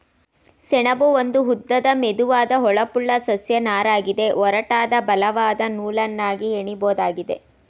ಸೆಣಬು ಒಂದು ಉದ್ದದ ಮೆದುವಾದ ಹೊಳಪುಳ್ಳ ಸಸ್ಯ ನಾರಗಿದೆ ಒರಟಾದ ಬಲವಾದ ನೂಲನ್ನಾಗಿ ಹೆಣಿಬೋದಾಗಿದೆ